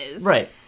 right